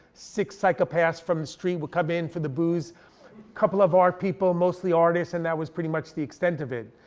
six psychopaths from the street would come in for the booze, a couple of art people, mostly artists, and that was pretty much the extent of it.